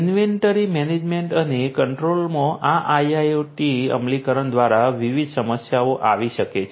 inventory management અને કંટ્રોલમાં આ IIoT અમલીકરણ દ્વારા વિવિધ સમસ્યાઓ આવી શકે છે